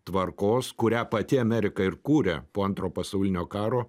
tvarkos kurią pati amerika ir kūrė po antro pasaulinio karo